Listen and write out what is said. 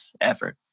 effort